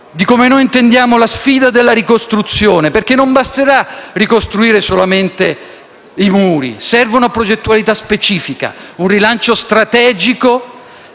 di come noi intendiamo la sfida della ricostruzione. Non basterà, infatti, ricostruire solamente i muri; servono una progettualità specifica, un rilancio strategico,